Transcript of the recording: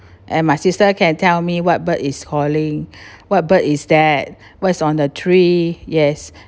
and my sister can tell me what bird is calling what bird is that what's on the tree yes